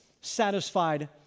satisfied